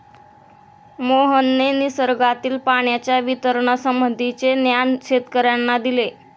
मोहनने निसर्गातील पाण्याच्या वितरणासंबंधीचे ज्ञान शेतकर्यांना दिले